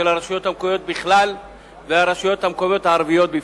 הרשויות המקומיות בכלל והרשויות המקומיות הערביות בפרט.